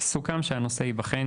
סוכם שהנושא ייבחן